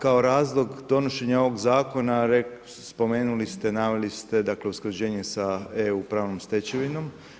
Kao razlog donošenja ovog zakona, spomenuli ste, naveli ste usklađenje sa EU, pravnom stečevinom.